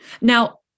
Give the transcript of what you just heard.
Now